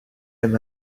him